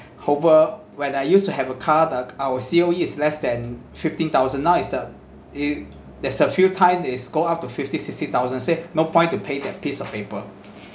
over when I used to have a car like our C_O_E is less than fifteen thousand now is that i~ there's a few times the score up to fifty sixty thousand say no point to pay that piece of paper